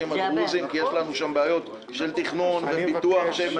הדרוזיים כי יש שם בעיות של תכנון ופיתוח.